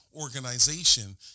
organization